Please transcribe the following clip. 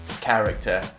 character